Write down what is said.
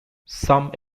some